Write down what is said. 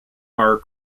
are